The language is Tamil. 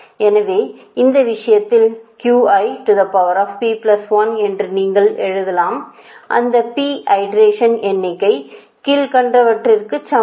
எனவே அந்த விஷயத்தில் என்று நீங்கள் எழுதலாம் அந்த P ஐட்ரேஷன் எண்ணிக்கை கீழ்கண்டவற்றிற்க்கு சமம்